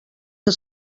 que